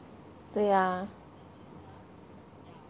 对啊